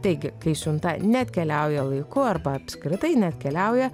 taigi kai siunta neatkeliauja laiku arba apskritai neatkeliauja